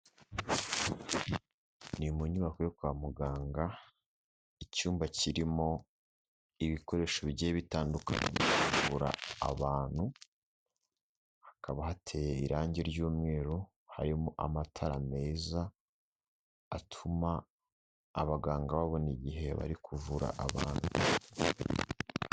Ni mu nyubako yo kwa muganga, icyumba kirimo ibikoresho bigiye bitandukanye byo kuvura abantu, hakaba hateye irangi ry'umweru harimo amatara, meza atuma abaganga babona igihe bari kuvura abantu.